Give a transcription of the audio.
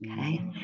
Okay